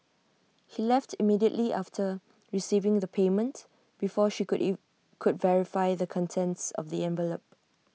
he left immediately after receiving the payment before she could if could verify the contents of the envelope